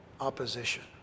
opposition